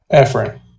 Ephraim